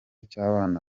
cy’abana